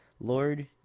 Lord